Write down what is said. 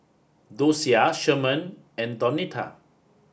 Dosia Sherman and Donita